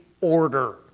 order